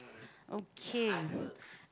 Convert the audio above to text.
okay